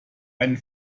einen